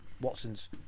Watson's